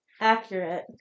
Accurate